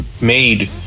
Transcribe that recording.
made